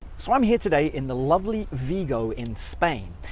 so i'm here today in the lovely vigo in spain,